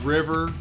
River